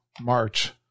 March